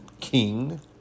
king